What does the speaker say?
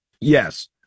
yes